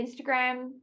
Instagram